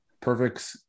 perfect